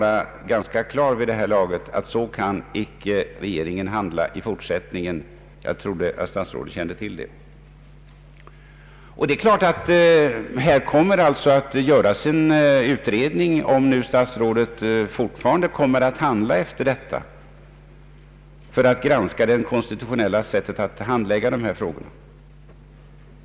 Så kan regeringen inte handla i fortsättningen. Jag trodde att statsrådet kände till detta. Här kommer givetvis att göras en utredning, om nu statsrådet fortfarande kommer att handla efter detta, för att granska det konstitutionella sättet att handlägga dessa frågor.